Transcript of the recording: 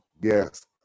Yes